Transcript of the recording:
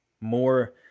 more